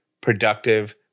productive –